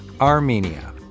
Armenia